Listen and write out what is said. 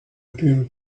appeal